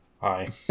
hi